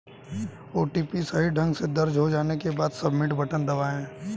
OTP सही ढंग से दर्ज हो जाने के बाद, सबमिट बटन दबाएं